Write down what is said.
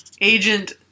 Agent